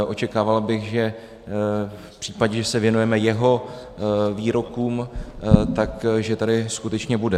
Očekával bych, že v případě, že se věnujeme jeho výrokům, že tady skutečně bude.